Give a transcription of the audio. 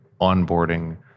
onboarding